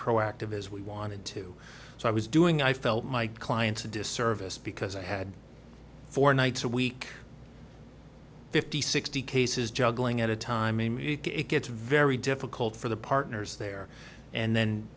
proactive as we wanted to so i was doing i felt my client's a disservice because i had four nights a week fifty sixty cases juggling at a time and it gets very difficult for the partners there and then